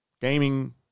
gaming